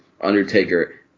Undertaker